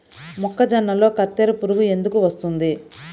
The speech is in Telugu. మొక్కజొన్నలో కత్తెర పురుగు ఎందుకు వస్తుంది?